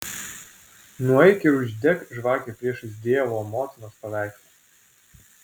nueik ir uždek žvakę priešais dievo motinos paveikslą